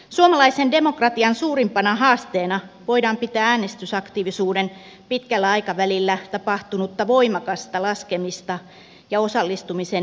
suomalaisen demokratian suurimpana haasteena voidaan pitää äänestysaktiivisuuden pitkällä aikavälillä tapahtunutta voimakasta laskemista ja osallistumisen eriarvoistumista